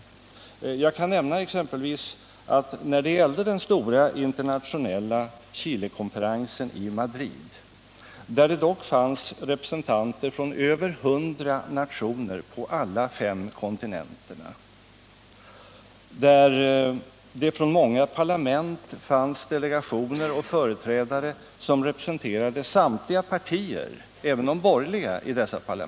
Jag kan som exempel nämna den stora internationella Chilekonferensen i Madrid. Där fanns representanter från över hundra nationer på alla fem kontinenterna. Från många parlament kom delegationer och företrädare som representerade samtliga partier, även de borgerliga.